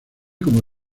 como